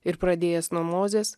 ir pradėjęs nuo mozės